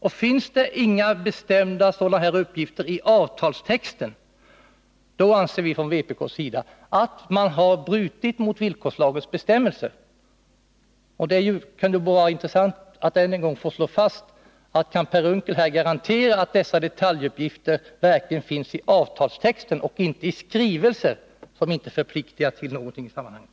Och finns det inga sådana här bestämda uppgifter i avtalstexten, då anser vi från vpk:s sida att man har brutit mot villkorslagens bestämmelser. Det kunde ju vara intressant att än en gång få höra om Per Unckel kan garantera att dessa detaljuppgifter verkligen finns i avtalstexten och inte i skrivelser som inte förpliktigar till någonting i sammanhanget.